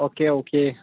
oaky okay